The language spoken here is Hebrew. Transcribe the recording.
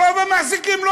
רוב המעסיקים,